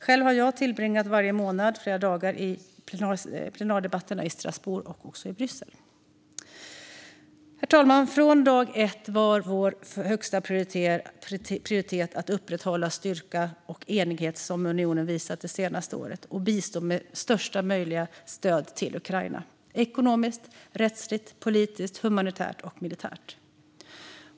Själv har jag varje månad tillbringat flera dagar vid plenardebatterna i Strasbourg och Bryssel. Herr talman! Från dag ett har vår högsta prioritet varit att upprätthålla den styrka och enighet som unionen visat det senaste året och bistå med största möjliga stöd till Ukraina - ekonomiskt, rättsligt, politiskt, humanitärt och militärt.